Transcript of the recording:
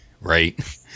Right